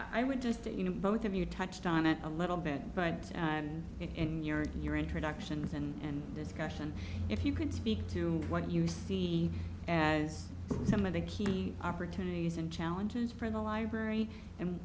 i would just you know both of you touched on it a little bit but in your in your introductions and discussion if you could speak to what you see as some of the key opportunities and challenges for the library